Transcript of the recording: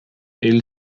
hil